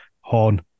horn